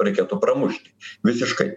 reikėtų pramušti visiškai